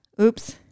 Oops